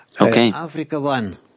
Okay